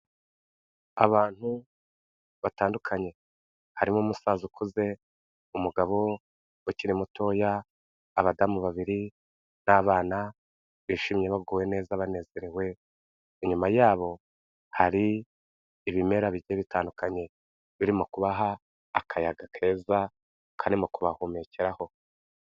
Abantu batandukanye, harimo umusaza ukuze, umugabo ukiri mutoya, abadamu babiri n'abana bishimye baguwe neza banezerewe, inyuma yabo hari ibimera bigiye bitandukanye, birimo kubaha akayaga keza karimo kubahumekeraho.